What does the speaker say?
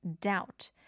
doubt